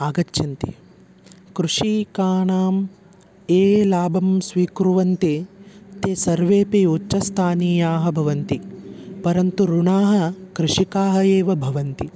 आगच्छन्ति कृषिकाणां ये लाभं स्वीकुर्वन्ति ते सर्वेपि उच्चस्थानीयाः भवन्ति परन्तु ऋणाः कृषिकाः एव भवन्ति